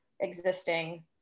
existing